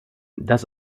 das